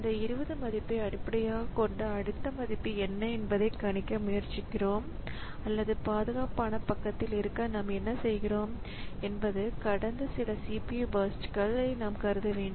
இந்த 20 மதிப்பை அடிப்படையாகக் கொண்டு அடுத்த மதிப்பு என்ன என்பதைக் கணிக்க முயற்சிக்கிறோம் அல்லது பாதுகாப்பான பக்கத்தில் இருக்க நாம் என்ன செய்கிறோம் என்பது கடந்த சில CPU பர்ஸ்ட்கள் நாம் கருத வேண்டும்